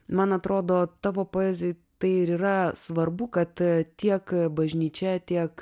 man atrodo tavo poezijoj tai ir yra svarbu kad tiek bažnyčia tiek